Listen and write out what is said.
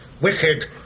wicked